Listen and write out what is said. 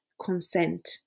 consent